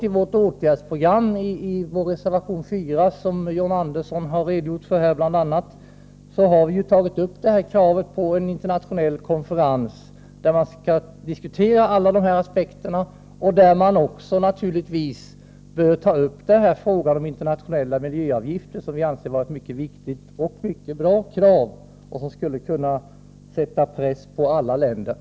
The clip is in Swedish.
I vår reservation 4, som John Andersson redogjort för här, har vi tagit upp krav på en internationell konferens, där man skall diskutera alla dessa aspekter och där man naturligtvis bör ta upp frågan om internationella miljöavgifter, något som vi anser vara ett mycket viktigt och bra förslag. Miljöavgifter skulle sätta press på andra länder.